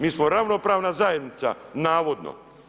Mi smo ravnopravna zajednica, navodno.